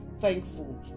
thankful